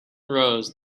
rose